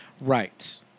Right